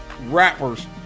rappers